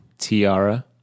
Tiara